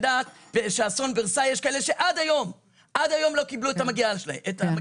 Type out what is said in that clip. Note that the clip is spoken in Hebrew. את יודעת שבאסון ורסאי יש כאלה שעד היום לא קיבלו את המגיע להם?